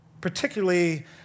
particularly